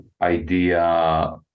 idea